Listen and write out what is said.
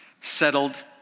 settled